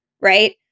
Right